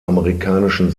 amerikanischen